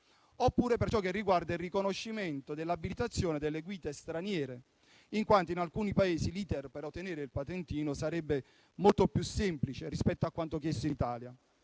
Mi riferisco inoltre al riconoscimento dell'abilitazione delle guide straniere, in quanto in alcuni Paesi l'*iter* per ottenere il patentino sarebbe molto più semplice rispetto a quanto chiesto in Italia